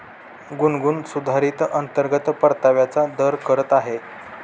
गुनगुन सुधारित अंतर्गत परताव्याचा दर करत आहे